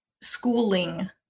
schooling